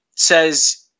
Says